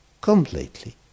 completely